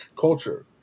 culture